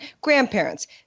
grandparents